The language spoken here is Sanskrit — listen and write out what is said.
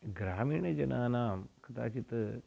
ग्रामीणजनानां कदाचित्